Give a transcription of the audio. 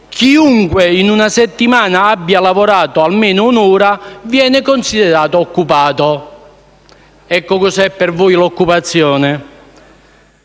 chiunque in una settimana abbia lavorato almeno un'ora viene considerato occupato. Questo è per voi l'occupazione